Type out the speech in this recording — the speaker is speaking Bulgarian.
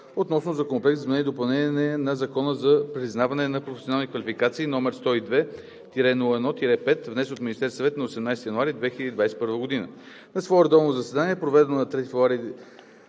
относно Законопроект за изменение и допълнение на Закона за признаване на професионални квалификации, № 102-01-5, внесен от Министерския съвет на 18 януари 2021 г. На свое редовно заседание, проведено на 3 февруари